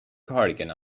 cardigan